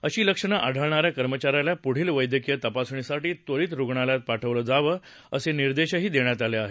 अशी लक्षण आढळणाऱ्या कर्मचाऱ्याला पुढील वैद्यकीय तपासणीसाठी त्वरित रुणालयात पाठवलं जावं असेही निर्देश देण्यात आले आहेत